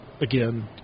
again